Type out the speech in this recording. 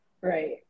Right